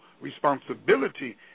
responsibility